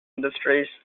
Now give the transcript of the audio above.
industries